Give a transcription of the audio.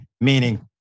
meaning